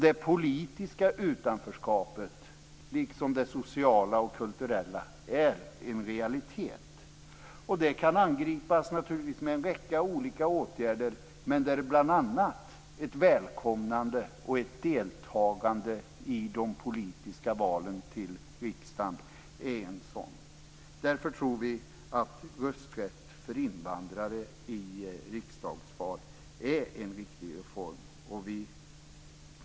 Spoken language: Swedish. Det politiska utanförskapet, liksom det sociala och det kulturella är en realitet. Det kan naturligtvis angripas med en räcka olika åtgärder. Ett välkomnande och ett deltagande i de politiska valen till riksdagen är en sådan. Därför tror vi i Vänsterpartiet att rösträtt för invandrare i riksdagsval är en viktig reform.